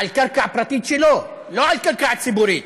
על קרקע פרטית שלו, לא על קרקע ציבורית,